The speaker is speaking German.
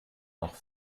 noch